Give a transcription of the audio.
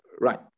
Right